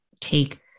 take